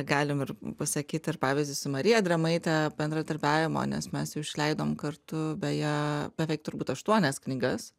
galim ir pasakyt ir pavyzdį su marija drėmaite bendradarbiavimo nes mes išleidom kartu beje beveik turbūt aštuonias knygas